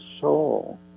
soul